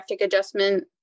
adjustment